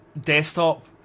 desktop